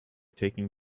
taking